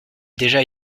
déjà